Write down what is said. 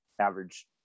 average